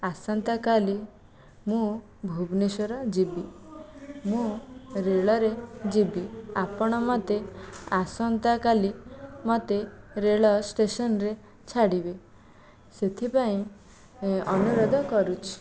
ଆସନ୍ତା କାଲି ମୁଁ ଭୁବନେଶ୍ୱର ଯିବି ମୁଁ ରେଳରେ ଯିବି ଆପଣ ମୋତେ ଆସନ୍ତା କାଲି ମୋତେ ରେଳ ଷ୍ଟେସନରେ ଛାଡ଼ିବେ ସେଥିପାଇଁ ଅନୁରୋଧ କରୁଛି